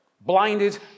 blinded